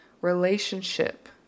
relationship